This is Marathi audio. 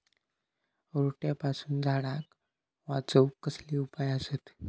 रोट्यापासून झाडाक वाचौक कसले उपाय आसत?